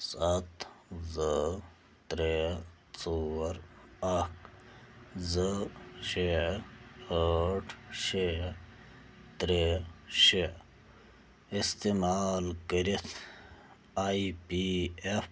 سَتھ زٕ ترٛےٚ ژور اکھ زٕ شےٚ ٲٹھ شےٚ ترٛےٚ شےٚ اِستعمال کٔرِتھ آی پی ایٚف